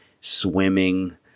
swimming